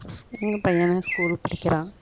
ஸ் எங்கள் பையன் ஸ்கூலு படிக்கிறான்